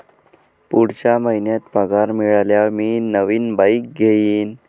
पुढच्या महिन्यात पगार मिळाल्यावर मी नवीन बाईक घेईन